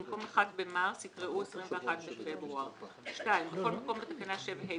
במקום "1 במרס" יקראו " 21 בפברואר"; בכל מקום בתקנה 7(ה),